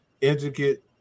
intricate